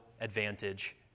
advantage